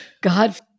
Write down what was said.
God